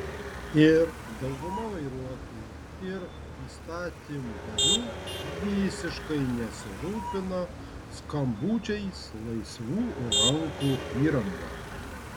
ir dauguma vairuotojų ir įstatymdavių visiškai nesirūpina skambučiais laisvų rankų įranga